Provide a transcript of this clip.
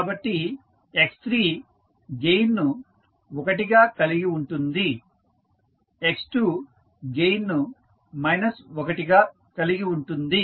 కాబట్టి x3 gain ను 1 గా కలిగి ఉంటుంది x2 గెయిన్ ను మైనస్ 1 గా కలిగి ఉంటుంది